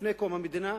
לפני קום המדינה,